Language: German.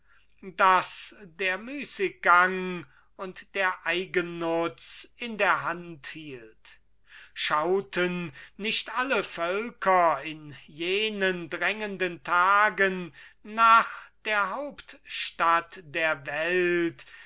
das der müßiggang und der eigennutz in der hand hielt schauten nicht alle völker in jenen drängenden tagen nach der hauptstadt der welt